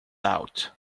out